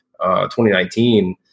2019